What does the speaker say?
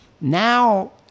Now